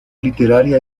literaria